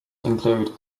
include